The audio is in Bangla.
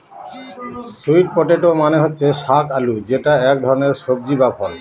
স্যুইট পটেটো মানে হচ্ছে শাক আলু যেটা এক ধরনের সবজি বা ফল